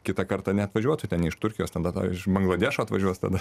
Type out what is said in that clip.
kitą kartą neatvažiuotų ten iš turkijos ten tada iš bangladešo atvažiuos tada